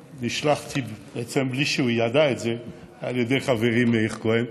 נשלחתי בעצם בלי שהוא ידע את זה על ידי חברי מאיר כהן,